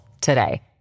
today